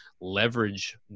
leverage